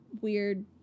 weird